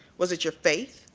was it your faith,